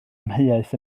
amheuaeth